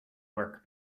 work